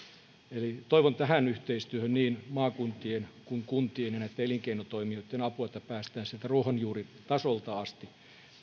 toivon tähän yhteistyöhön niin maakuntien kuin kuntien ja elinkeinotoimijoitten apua että päästään sieltä ruohonjuuritasolta asti